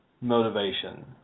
motivation